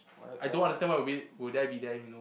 I don't understand why we will there be there you know